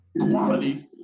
qualities